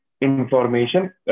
information